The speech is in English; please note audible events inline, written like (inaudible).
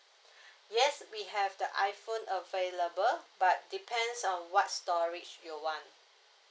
(breath) yes we have the iphone available but depends on what storage you want